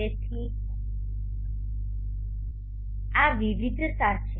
તેથી આ વિવિધતા છે